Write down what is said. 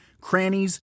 crannies